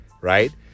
right